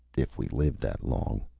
if we lived that long.